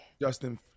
Justin